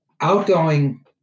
outgoing